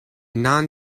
non